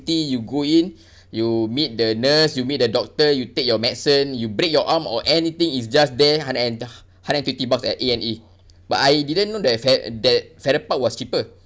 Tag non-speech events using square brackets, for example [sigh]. you go in [breath] you meet the nurse you meet the doctor you take your medicine you break your arm or anything is just there hundred and uh hundred and fifty bucks at A&E but I didn't know that fa~ that farrer park was cheaper